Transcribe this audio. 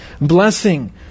blessing